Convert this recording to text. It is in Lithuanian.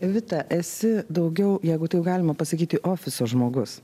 vita esi daugiau jeigu taip galima pasakyti ofiso žmogus